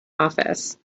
office